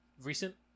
recent